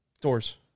Doors